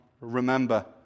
remember